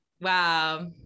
Wow